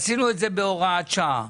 עשינו את זה בהוראת שעה.